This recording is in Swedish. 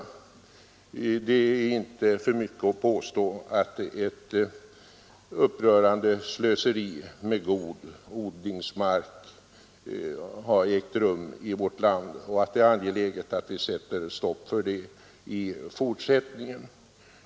Det är ingen överdrift att påstå att ett upprörande slöseri med god odlingsmark äger och har ägt rum i vårt land. Det är därför angeläget att sätta stopp för detta slöseri i fortsättningen.